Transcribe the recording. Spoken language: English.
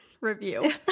Review